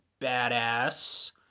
Badass